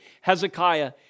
Hezekiah